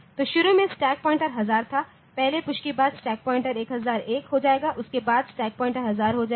तो शुरू में स्टैक पॉइंटर 1000 था पहले पुश के बाद स्टैक पॉइंटर 1001 हो जाएगा उसके बाद स्टैक पॉइंटर 1000 हो जाएगा